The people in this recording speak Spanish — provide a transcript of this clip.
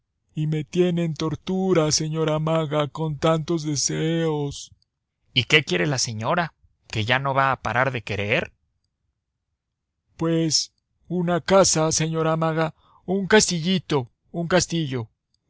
y me tiene en tortura señora maga con tantos deseos y qué quiere la señora que ya no va a parar de querer pues una casa señora maga un castillito un castillo